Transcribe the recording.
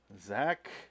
Zach